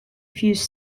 fuse